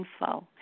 info